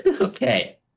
Okay